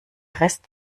rest